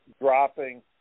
dropping